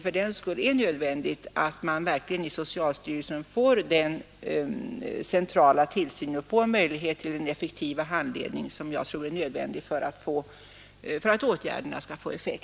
Fördenskull är det nödvändigt att man verkligen i socialstyrelsen får den centrala tillsyn och den möjlighet till effektiv handledning som är nödvändig för att åtgärderna skall ha effekt.